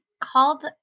called